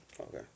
okay